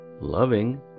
Loving